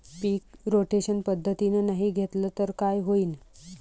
पीक rotation पद्धतीनं नाही घेतलं तर काय होईन?